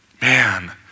Man